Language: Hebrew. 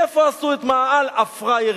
איפה עשו את "מאהל הפראיירים"?